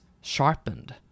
sharpened